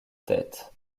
tête